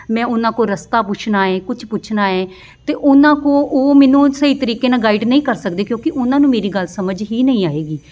ਮੈਂ ਉਹਨਾਂ ਕੋਲ ਰਸਤਾ ਪੁੱਛਣਾ ਹੈ ਕੁਛ ਪੁੱਛਣਾ ਹੈ ਅਤੇ ਉਹਨਾਂ ਕੋਲ ਉਹ ਮੈਨੂੰ ਸਹੀ ਤਰੀਕੇ ਨਾਲ ਗਾਈਡ ਨਹੀਂ ਕਰ ਸਕਦੇ ਕਿਉਂਕਿ ਉਹਨਾਂ ਨੂੰ ਮੇਰੀ ਗੱਲ ਸਮਝ ਹੀ ਨਹੀਂ ਆਏਗੀ